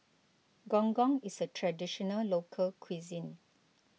Gong Gong is a Traditional Local Cuisine